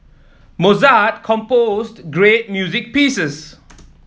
Mozart composed great music pieces